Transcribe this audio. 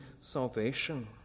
salvation